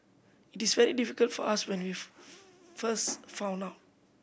it is very difficult for us when first found out